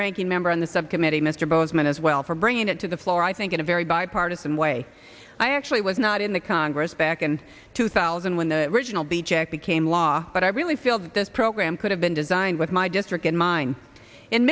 ranking member on the subcommittee mr bozeman as well for bringing it to the floor i think in a very bipartisan way i actually was not in the congress back and two thousand when the original b check became law but i really feel that this program could have been designed with my district in mind in